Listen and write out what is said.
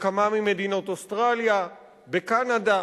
בכמה ממדינות אוסטרליה, בקנדה.